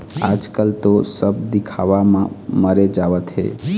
आजकल तो सब दिखावा म मरे जावत हें